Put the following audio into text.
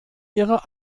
ihrer